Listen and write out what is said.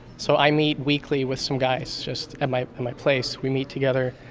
so i meet weekly with some guys just at my my place. we meet together.